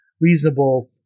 reasonable